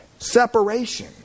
Separation